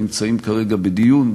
גם ייתנו לציבור באמת שידור פלורליסטי,